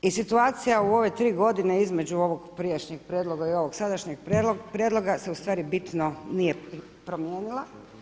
I situacija u ove tri godine između ovog prijašnjeg prijedloga i ovog sadašnjeg prijedloga se ustvari bitno nije promijenila.